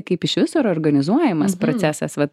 kaip iš viso yra organizuojamas procesas vat